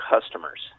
customers